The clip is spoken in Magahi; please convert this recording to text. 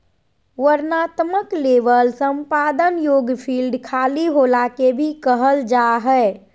वर्णनात्मक लेबल संपादन योग्य फ़ील्ड खाली होला के भी कहल जा हइ